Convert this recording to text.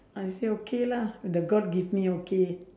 I say okay lah the god give me okay